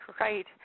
Right